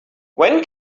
when